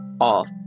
Off